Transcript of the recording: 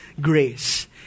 grace